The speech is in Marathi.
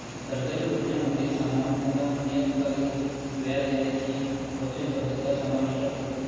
सरकारी रोख्यांमध्ये सामान्यत नियतकालिक व्याज देण्याची वचनबद्धता समाविष्ट असते